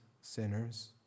sinners